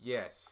Yes